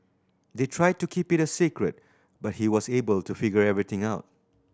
they tried to keep it a secret but he was able to figure everything out